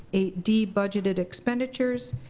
eight d budgeted expenditures,